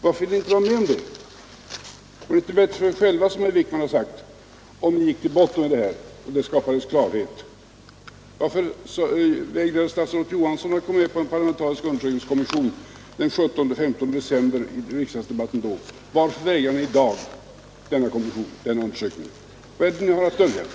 Vore det inte bättre för er själva, som herr Wijkman har sagt, att ni gick till botten med det här och att det skapades klarhet? Varför vägrade statsrådet Johansson i riksdagsdebatten den 15 december att gå med på en parlamentarisk undersökningskommission? Varför vägrar ni i dag? Vad är det ni har att dölja?